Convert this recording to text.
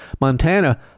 Montana